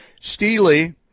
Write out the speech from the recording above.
Steely